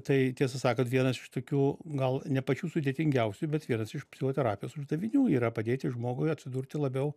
tai tiesą sakant vienas iš tokių gal ne pačių sudėtingiausių bet vienas iš psichoterapijos uždavinių yra padėti žmogui atsidurti labiau